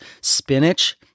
spinach